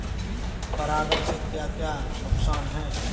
परागण से क्या क्या नुकसान हैं?